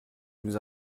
nous